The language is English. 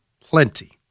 plenty